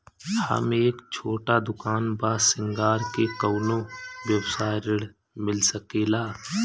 हमर एक छोटा दुकान बा श्रृंगार के कौनो व्यवसाय ऋण मिल सके ला?